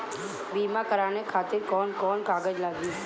बीमा कराने खातिर कौन कौन कागज लागी?